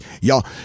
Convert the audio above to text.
y'all